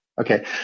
Okay